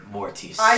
Mortis